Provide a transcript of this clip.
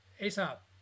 Aesop